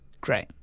Great